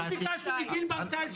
אנחנו ביקשנו מגיל ברטל,